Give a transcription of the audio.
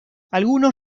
algunos